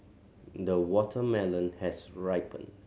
the watermelon has ripened